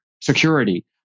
security